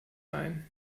ein